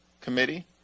Committee